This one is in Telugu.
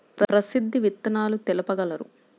ప్రసిద్ధ విత్తనాలు తెలుపగలరు?